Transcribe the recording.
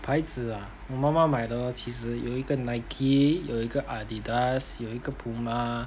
牌子啊我妈妈买的 lor 其实有一个 Nike 有一个 Adidas 有一个 Puma